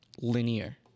linear